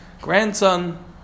grandson